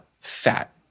fat